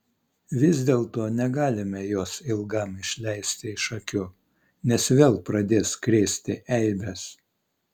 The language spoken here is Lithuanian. vis dėlto negalime jos ilgam išleisti iš akių nes vėl pradės krėsti eibes